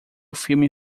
filme